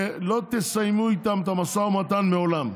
שלא תסיימו איתם את המשא ומתן לעולם.